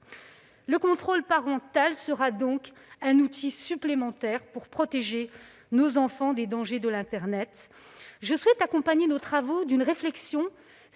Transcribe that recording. Le contrôle parental sera donc un outil supplémentaire pour protéger nos enfants des dangers de l'internet. Je souhaite accompagner nos travaux d'une réflexion